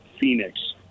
Phoenix